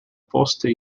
poste